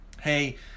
hey